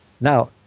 Now